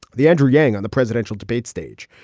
the andrew yang on the presidential debate stage,